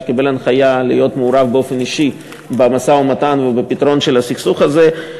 שקיבל הנחיה להיות מעורב באופן אישי במשא-ומתן ובפתרון הסכסוך הזה,